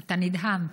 אתה נדהם.